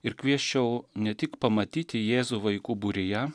ir kviesčiau ne tik pamatyti jėzų vaikų būryje